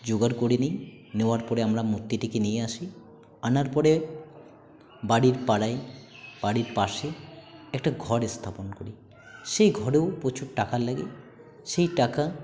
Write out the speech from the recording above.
জোগাড় করে নিই নেওয়ার পরে আমরা মূর্তিটিকে নিয়ে আসি আনার পরে বাড়ির পাড়ায় বাড়ির পাশে একটা ঘর স্থাপন করি সেই ঘরেও প্রচুর টাকা লাগে সেই টাকা